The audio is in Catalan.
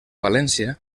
valència